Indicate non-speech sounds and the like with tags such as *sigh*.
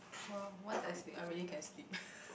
!wow! once I sleep I really can sleep *laughs*